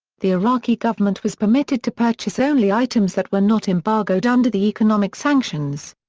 the iraqi government was permitted to purchase only items that were not embargoed under the economic sanctions.